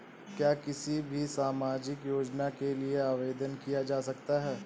क्या किसी भी सामाजिक योजना के लिए आवेदन किया जा सकता है?